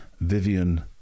Vivian